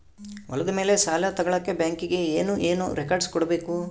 ಹೊಲದ ಮೇಲೆ ಸಾಲ ತಗಳಕ ಬ್ಯಾಂಕಿಗೆ ಏನು ಏನು ರೆಕಾರ್ಡ್ಸ್ ಕೊಡಬೇಕು?